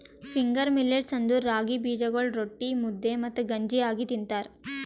finger millets ಅಂದುರ್ ರಾಗಿ ಬೀಜಗೊಳ್ ರೊಟ್ಟಿ, ಮುದ್ದೆ ಮತ್ತ ಗಂಜಿ ಆಗಿ ತಿಂತಾರ